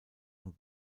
und